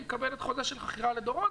היא מקבלת חוזה של חכירה לדורות,